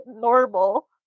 normal